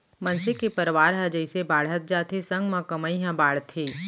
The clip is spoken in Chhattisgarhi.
मनसे के परवार ह जइसे बाड़हत जाथे संग म कमई ह बाड़थे